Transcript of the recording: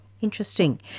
Interesting